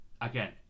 Again